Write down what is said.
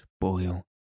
boil